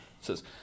says